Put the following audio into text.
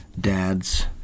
dads